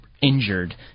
injured